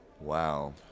Wow